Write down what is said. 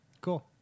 cool